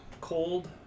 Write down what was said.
cold